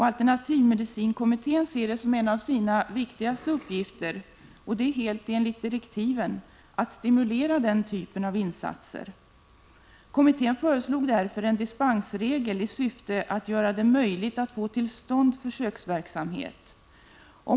Alternativmedicinkommittén ser det som en av sina viktigaste uppgifter, och det är helt enligt direktiven, att stimulera den typen av insatser. Kommittén föreslog därför en dispensregel i syfte att göra det möjligt att få till stånd försöksverksamhet.